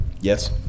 Yes